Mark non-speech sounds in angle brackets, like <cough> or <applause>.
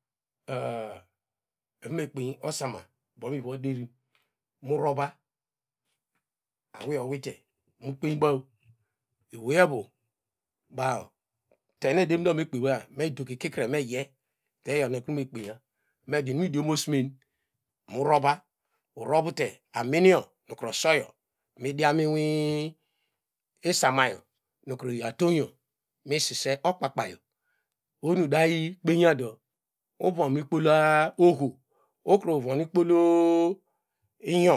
<hesitation> evino kpeny osoma bo nu vo derin mu rova awiye owite nu kpen baw ewevuba tenu edugime ekpenya teme me dogi ikikre meye teyo nu okme kpenya medo inim idiomomen mu rova urovte aminyo nukru osoyo mi dian mi inwi isananyo nukru natownyo misise okpakpayo ohom dayi kpenyido uvom ikpola oho ikru vonu ikpo ol inyo